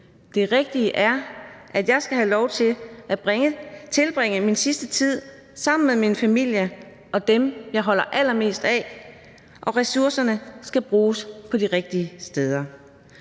Det rigtige er, at jeg skal have lov til at tilbringe min sidste tid sammen med min familie og dem, jeg holder allermest af, og ressourcerne skal bruges på de rigtige steder.